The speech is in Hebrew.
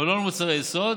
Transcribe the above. אבל לא למוצרי יסוד